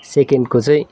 सेकेन्डको चाहिँ